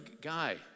guy